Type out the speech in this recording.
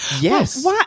Yes